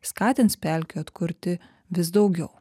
skatins pelkių atkurti vis daugiau